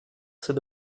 ces